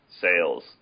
sales